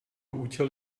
účel